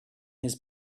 his